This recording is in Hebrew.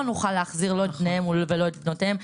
לא נוכל להחזיר לא את בניהם ולא את בנותיהם.